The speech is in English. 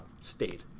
state